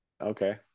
Okay